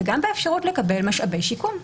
וגם באפשרות לקבל משאבי שיקום,